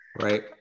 Right